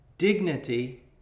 Dignity